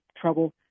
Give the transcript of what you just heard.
trouble